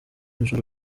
ijoro